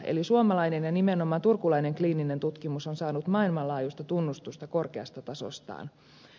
eli suomalainen ja nimenomaan turkulainen kliininen tutkimus on saanut maailmanlaajuista tunnustusta korkeasta tasostaan